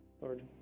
Lord